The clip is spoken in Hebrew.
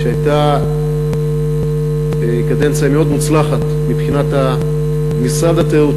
שהייתה קדנציה מאוד מוצלחת מבחינת משרד התיירות,